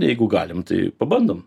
jeigu galim tai pabandom